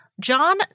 John